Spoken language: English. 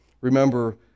Remember